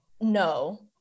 No